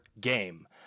game